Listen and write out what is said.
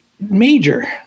major